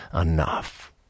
enough